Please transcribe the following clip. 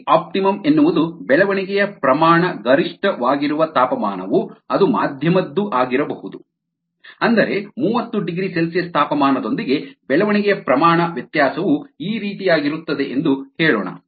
T optimum ಎನ್ನುವುದು ಬೆಳವಣಿಗೆಯ ಪ್ರಮಾಣ ಗರಿಷ್ಠವಾಗಿರುವ ತಾಪಮಾನವು ಅದು ಮಾಧ್ಯಮದ್ದು ಅಗಿರಬಹುದು ಅಂದರೆ 30ºC ತಾಪಮಾನದೊಂದಿಗೆ ಬೆಳವಣಿಗೆಯ ಪ್ರಮಾಣ ವ್ಯತ್ಯಾಸವು ಈ ರೀತಿಯಾಗಿರುತ್ತದೆ ಎಂದು ಹೇಳೋಣ